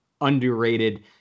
underrated